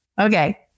Okay